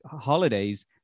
holidays